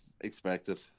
Expected